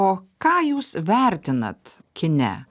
o ką jūs vertinat kine